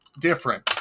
different